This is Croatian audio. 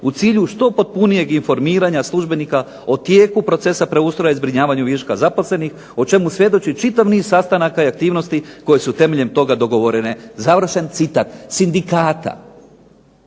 u cilju što potpunijeg informiranja službenika o tijeku procesa preustroja i zbrinjavanja viška zaposlenih, o čemu svjedoči čitav niz sastanaka i aktivnosti koje su temeljem toga dogovorene.", završen citat sindikata.